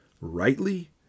rightly